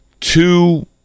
two